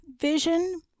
Vision